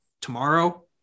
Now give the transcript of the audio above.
tomorrow